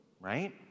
Right